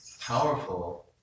powerful